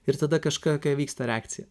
ir tada kažkokia vyksta reakcija